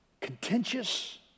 Contentious